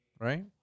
Right